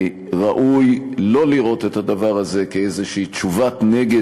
ראוי לא לראות את הדבר הזה כאיזושהי תשובת נגד